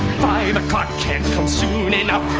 o'clock can't come soon enough